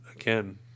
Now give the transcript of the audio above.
Again